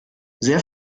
sehr